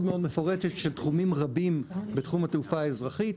מאוד מפורטת של תחומים רבים בתחום התעופה האזרחית,